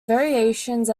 variations